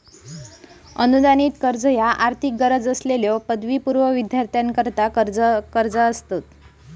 अनुदानित कर्ज ह्या आर्थिक गरज असलेल्यो पदवीपूर्व विद्यार्थ्यांकरता कर्जा असतत